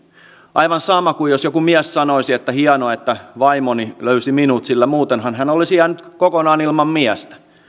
aivan sama kuin jos joku mies sanoisi että hienoa että vaimoni löysi minut sillä muutenhan hän olisi jäänyt kokonaan ilman miestä